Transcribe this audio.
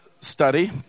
study